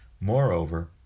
Moreover